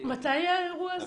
מתי היה האירוע הזה?